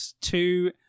two